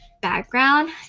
background